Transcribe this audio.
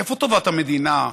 איפה טובת המדינה?